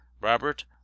Robert